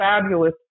fabulous